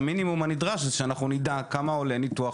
המינימום הנדרש זה שאנחנו נדע כמה עולה ניתוח.